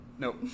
Nope